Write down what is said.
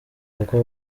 kuko